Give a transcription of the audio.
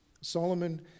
Solomon